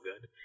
good